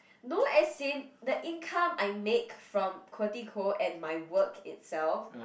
no as in the income I make from and my work itself